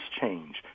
change